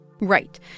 right